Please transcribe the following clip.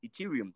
Ethereum